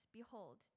behold